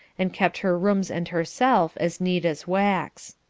and kept her rooms and herself as neat as wax.